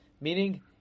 meaning